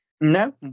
No